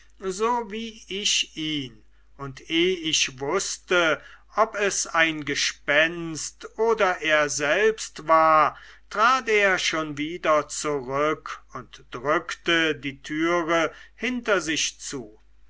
so wie ich ihn und eh ich wußte ob es ein gespenst oder er selbst war trat er schon wieder zurück und drückte die türe hinter sich zu